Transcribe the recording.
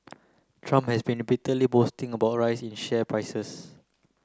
Trump has been repeatedly boasting about rise in share prices